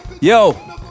Yo